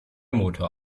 motor